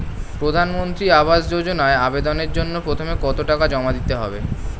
প্রধানমন্ত্রী আবাস যোজনায় আবেদনের জন্য প্রথমে কত টাকা জমা দিতে হবে?